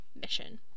mission